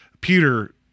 Peter